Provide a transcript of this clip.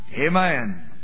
Amen